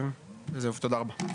תודה רבה.